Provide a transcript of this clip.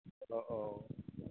অঁ অঁ